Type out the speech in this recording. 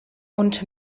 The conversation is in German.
und